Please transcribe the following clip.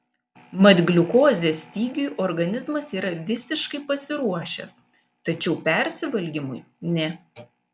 mat gliukozės stygiui organizmas yra visiškai pasiruošęs tačiau persivalgymui ne